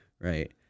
right